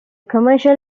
commercial